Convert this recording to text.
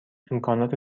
امکانات